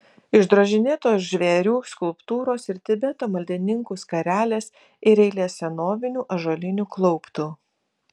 išdrožinėtos žvėrių skulptūros ir tibeto maldininkų skarelės ir eilė senovinių ąžuolinių klauptų